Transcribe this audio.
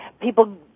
People